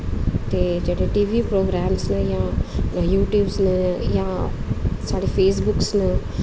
ते जेह्ड़े TV programmes न जां यूटयूबस न जां फेसबुक्स न